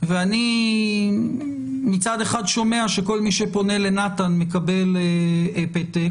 ואני מצד אחד שומע שכל מי שפונה לנתן מקבל פתק